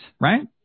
right